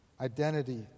Identity